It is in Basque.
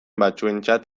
batzuentzat